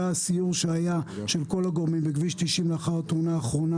הסיור שהיה של כל הגורמים בכביש 90 אחרי התאונה האחרונה